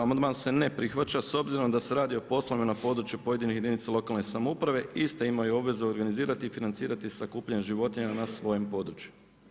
Amandman se ne prihvaća, s obzirom da se radi o poslovima na području pojedine jedinice lokalne samouprave, iste imaju obvezu organizirati i financirati sakupljanje životinja na svojem području.